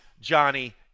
Johnny